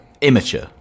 immature